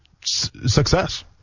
success